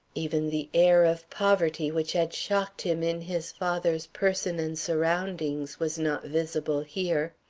even the air of poverty which had shocked him in his father's person and surroundings was not visible here.